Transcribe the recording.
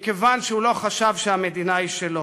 מכיוון שהוא לא חשב שהמדינה היא שלו.